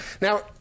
Now